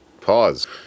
pause